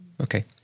Okay